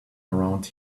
around